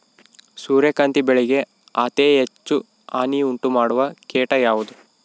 ಸೂರ್ಯಕಾಂತಿ ಬೆಳೆಗೆ ಅತೇ ಹೆಚ್ಚು ಹಾನಿ ಉಂಟು ಮಾಡುವ ಕೇಟ ಯಾವುದು?